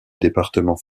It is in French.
département